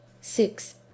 six